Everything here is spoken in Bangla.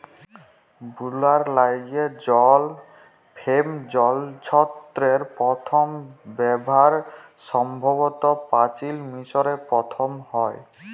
বুলার ল্যাইগে জল ফেম যলত্রের পথম ব্যাভার সম্ভবত পাচিল মিশরে পথম হ্যয়